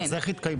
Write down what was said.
אז איך הם יתקיימו?